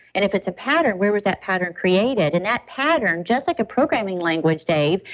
and if it's a pattern, where was that pattern created and that pattern, just like a programming language dave,